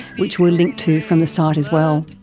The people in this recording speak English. which we'll link to from the site as well.